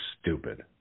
stupid